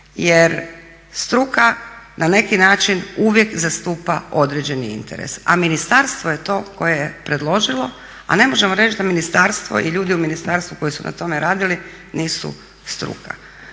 Jer struka na neki način uvijek zastupa određeni interes, a ministarstvo je to koje je predložilo. A ne možemo reći da ministarstvo i ljudi u ministarstvu koji su na tome radili nisu struka.